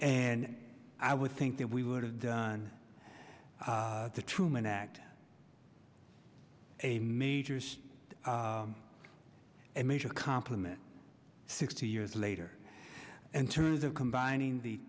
and i would think that we would have done the truman act a major and major compliment sixty years later and terms of combining the